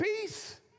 peace